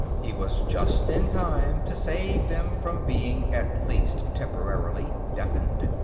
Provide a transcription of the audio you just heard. he was just in time to save them from being, at least temporarily, deafened,